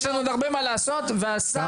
לנו עוד הרבה מה לעשות והשר מגויס על זה לגמרי.